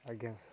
ଆଜ୍ଞା ସାର୍